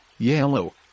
yellow